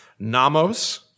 Namos